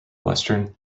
western